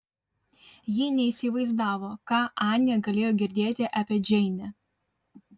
ji neįsivaizdavo ką anė galėjo girdėti apie džeinę